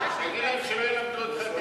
תגיד להם שלא ילמדו אותך את העבודה.